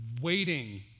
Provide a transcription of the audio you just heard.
waiting